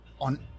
on